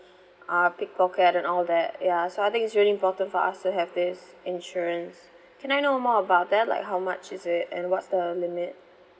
uh pickpocket and all that ya so I think it's really important for us to have this insurance can I know more about that like how much is it and what's the limit